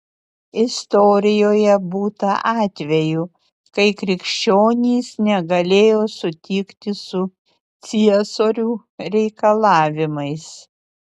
istorijoje būta atvejų kai krikščionys negalėjo sutikti su ciesorių reikalavimais